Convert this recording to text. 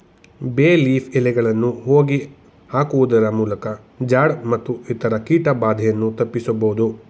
ಬೇ ಲೀಫ್ ಎಲೆಗಳನ್ನು ಹೋಗಿ ಹಾಕುವುದರಮೂಲಕ ಜಾಡ್ ಮತ್ತು ಇತರ ಕೀಟ ಬಾಧೆಯನ್ನು ತಪ್ಪಿಸಬೋದು